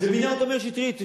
מינה אותו מאיר שטרית,